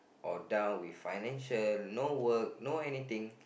or down with financial no work no anything